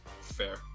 Fair